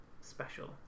special